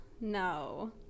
no